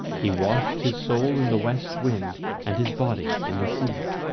he washed his soul in the west wind and his body in the sea.